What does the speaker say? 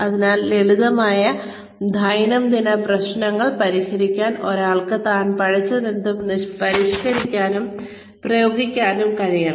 അതിനാൽ ലളിതമായ ദൈനംദിന പ്രശ്നങ്ങൾ പരിഹരിക്കാൻ ഒരാൾക്ക് താൻ പഠിച്ചതെന്തും പരിഷ്കരിക്കാനും പ്രയോഗിക്കാനും കഴിയണം